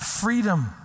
Freedom